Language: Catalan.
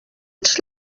ets